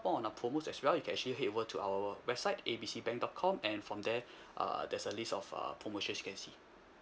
more on our promos as well you can actually head over to our website A B C bank dot com and from there uh there's a list of uh promotions you can see